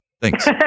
Thanks